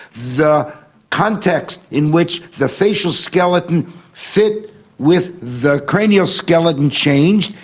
the context in which the facial skeleton fit with the cranial skeleton changed,